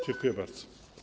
Dziękuję bardzo.